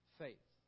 faith